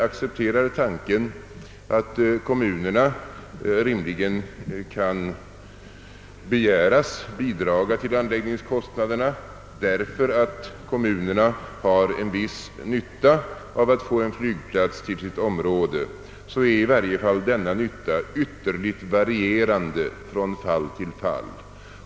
Accepterar man tanken, att man rimligen kan begära att kommunerna bidrar till anläggningen, därför att de har en viss nytta av att få en flygplats, måste det i alla fall konstateras att denna nytta är ytterst varierande från fall till fall.